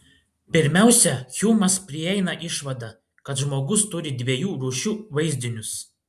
pirmiausia hjumas prieina išvadą kad žmogus turi dviejų rūšių vaizdinius